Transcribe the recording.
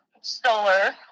solar